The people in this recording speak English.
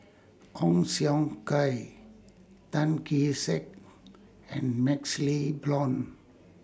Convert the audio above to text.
Ong Siong Kai Tan Kee Sek and MaxLe Blond